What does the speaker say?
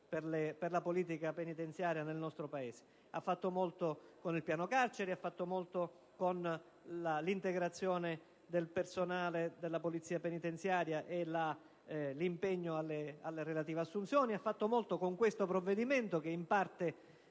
per la politica penitenziaria del nostro Paese. Ha fatto molto con il piano carceri, con l'integrazione del personale della Polizia penitenziaria e l'impegno alla relativa assunzione. Ha fatto molto con questo provvedimento che, in parte,